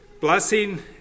blessing